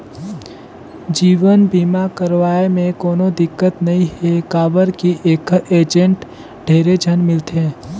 जीवन बीमा करवाये मे कोनो दिक्कत नइ हे काबर की ऐखर एजेंट ढेरे झन मिलथे